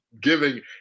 giving